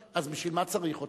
אז בשביל מה צריך אותם?